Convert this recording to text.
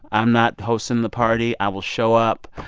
i'm not hosting the party. i will show up.